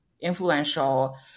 influential